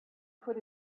put